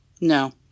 No